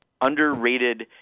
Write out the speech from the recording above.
underrated